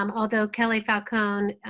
um although kelly falcone,